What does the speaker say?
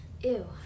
Ew